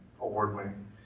award-winning